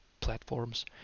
Platforms